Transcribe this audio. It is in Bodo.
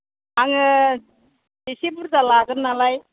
आङो एसे बुरजा लागोन नालाय